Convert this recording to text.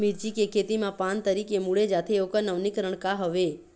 मिर्ची के खेती मा पान तरी से मुड़े जाथे ओकर नवीनीकरण का हवे?